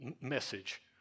message